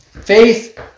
faith